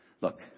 look